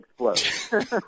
explode